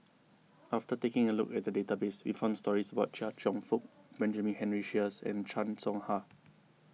after taking a look at the database we found stories about Chia Cheong Fook Benjamin Henry Sheares and Chan Soh Ha